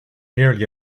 merely